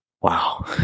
Wow